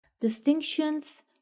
Distinctions